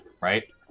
right